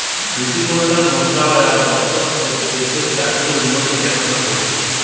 কৃষি কল্যাণ মন্ত্রণালয় আর দপ্তর দ্যাশের চাষীদের উন্নতির দেখাশোনা করতিছে